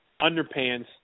underpants